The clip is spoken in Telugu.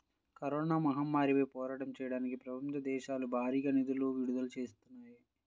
కరోనా మహమ్మారిపై పోరాటం చెయ్యడానికి ప్రపంచ దేశాలు భారీగా నిధులను విడుదల చేత్తన్నాయి